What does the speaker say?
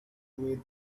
with